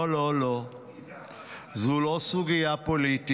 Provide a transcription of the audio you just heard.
לא, לא, לא, זו לא סוגיה פוליטית,